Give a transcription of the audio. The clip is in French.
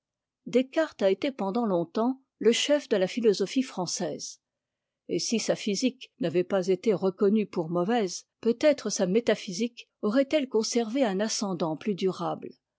descartes a été pendant longtemps le chef de la philosophie française et si sa physique n'avait pas été reconnue pour mauvaise peut-être sa métaphysique aurait-elle conservé un ascendant plus durable